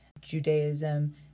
Judaism